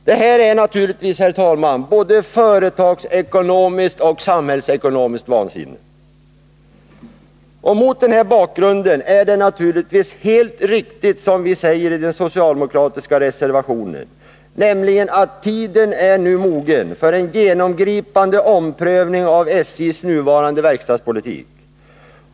Det är naturligtvis både företagsekonomiskt och samhällsekonomiskt vansinne. Mot den här bakgrunden är det som vi säger i den socialdemokratiska reservationen naturligtvis helt riktigt: Tiden är nu mogen för en genomgripande omprövning av SJ:s nuvarande verkstadspolitik.